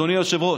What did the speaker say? אדוני היושב-ראש,